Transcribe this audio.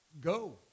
go